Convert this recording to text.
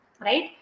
right